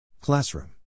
Classroom